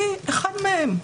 אני אחת מהם.